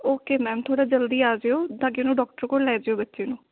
okay ma'am ਥੋੜ੍ਹਾ ਜਲਦੀ ਆ ਜਾਉ ਤਾਂ ਕਿ ਉਹਨੂੰ ਡਾਕਟਰ ਕੋਲ ਲੈ ਜਾਉ ਬੱਚੇ ਨੂੰ